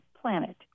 planet